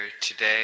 today